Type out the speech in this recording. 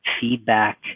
feedback